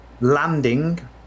landing